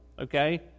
okay